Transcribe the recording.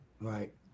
Right